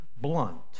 blunt